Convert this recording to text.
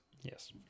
Yes